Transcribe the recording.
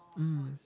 mm